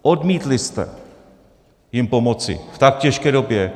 Odmítli jste jim pomoci v tak těžké době.